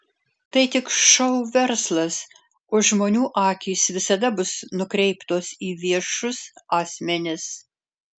tai tik šou verslas o žmonių akys visada bus nukreiptos į viešus asmenis